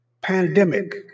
pandemic